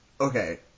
Okay